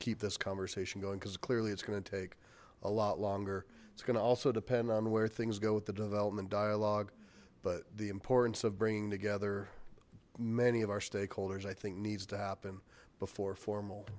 keep this conversation going because clearly it's going to take a lot longer it's gonna also depend on where things go with the development dialogue but the importance of bringing together many of our stakeholders i think needs to happen before formal